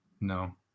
No